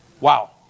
Wow